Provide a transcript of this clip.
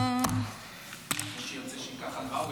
מי שירצה שייקח הלוואה.